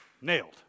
nailed